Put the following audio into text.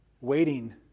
waiting